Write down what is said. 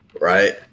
right